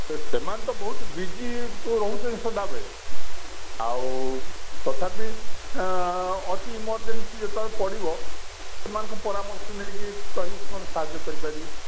ସେମାନେ ତ ବହୁତ ବିଜି ରହୁଛନ୍ତି ସଦାବେଳେ ଆଉ ତଥାପି ଅତି ଏମର୍ଜେନ୍ସି ଯେତେବେଳେ ପଡ଼ିବ ସେମାନଙ୍କର ପରାମର୍ଶ ନେଇକି କହିକି ସାହାଯ୍ୟ କରିପାରିବି